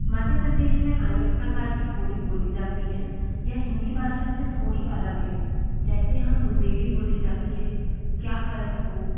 मध्य प्रदेश में अनेक प्रकार की बोली बोली जाती है यह हिन्दी भाषा से थोड़ी अलग है जैसे यहाँ बुंदेली बोली जाती है क्या करत हो